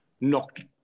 knocked